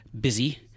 busy